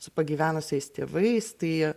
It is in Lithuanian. su pagyvenusiais tėvais tai